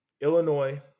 Illinois